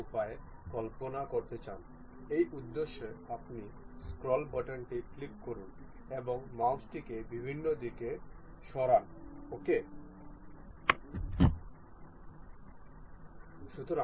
তারপরে আমরা এই সংলাপ বাক্সটি খুলতে এখানে একটি টিক চিহ্ন পরীক্ষা করতে পারি